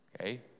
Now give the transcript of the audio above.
okay